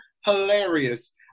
hilarious